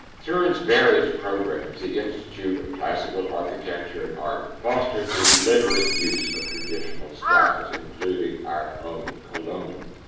through its various programs, the institute of classical architecture and art fosters the literate use of traditional styles, including our own colonial.